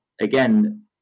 again